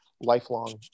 lifelong